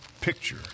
picture